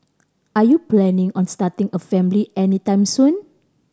are you planning on starting a family anytime soon